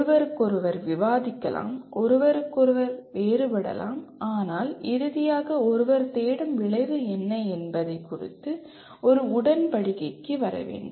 ஒருவருக்கொருவர் விவாதிக்கலாம் ஒருவருக்கொருவர் வேறுபடலாம் ஆனால் இறுதியாக ஒருவர் தேடும் விளைவு என்ன என்பது குறித்து ஒரு உடன்படிக்கைக்கு வரவேண்டும்